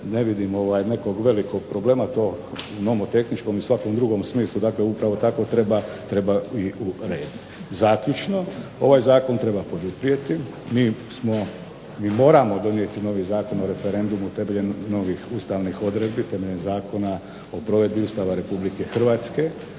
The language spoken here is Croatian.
ne vidim nekog velikog problema, to nomotehničkom i svakom drugom smislu, dakle upravo tako treba i urediti. Zaključno, ovaj zakon treba poduprijeti, mi smo, mi moramo donijeti novi Zakon o referendumu temeljem novih ustavnih odredbi, temeljem Zakona o provedbi Ustava Republike Hrvatske.